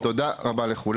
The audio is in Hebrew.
תודה רבה לכולם.